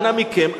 אנא מכם,